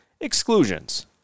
exclusions